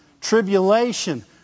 tribulation